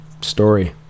story